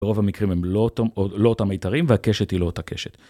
ברוב המקרים הם לא אותם מיתרים והקשת היא לא אותה קשת.